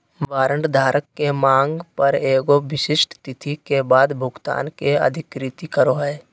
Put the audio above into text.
warrant धारक के मांग पर एगो विशिष्ट तिथि के बाद भुगतान के अधिकृत करो हइ